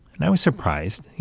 and i was surprised, you